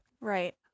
Right